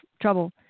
trouble